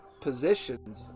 positioned